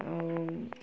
ଆଉ